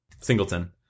Singleton